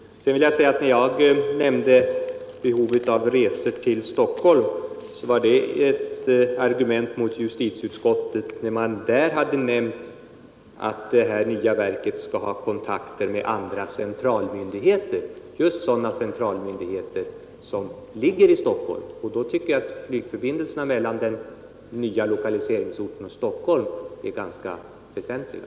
Sedan vill jag säga att när jag nämnde behovet av resor till Stockholm var det ett argument mot justitieutskottets betänkande där man hade nämnt att det nya verket skall ha kontakter med andra centralmyndigheter, just sådana centralmyndigheter som ligger i Stockholm. Då tycker jag att flygförbindelserna mellan den nya lokaliseringsorten och Stockholm är ganska väsentliga.